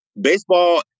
baseball